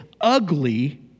ugly